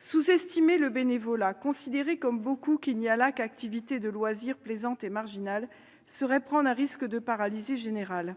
Sous-estimer le bénévolat, considérer, comme beaucoup, qu'il n'y a là qu'activités de loisirs plaisantes et marginales serait prendre un risque de paralysie générale.